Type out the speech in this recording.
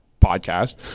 podcast